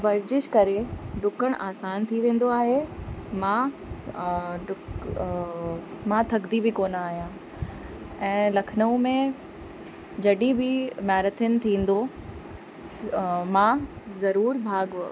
वर्जिश करे डुकण आसान थी वेंदो आहे मां डुक मां थकिदी बि कोन आहियां ऐं लखनऊ में जॾहिं बि मैरेथन थींदो मां ज़रूरु भाग